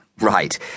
Right